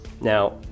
Now